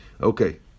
Okay